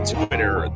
Twitter